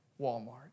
Walmart